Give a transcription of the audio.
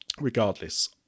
Regardless